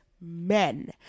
men